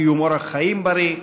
קיום אורח חיים בריא,